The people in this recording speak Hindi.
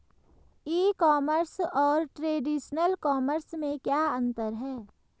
ई कॉमर्स और ट्रेडिशनल कॉमर्स में क्या अंतर है?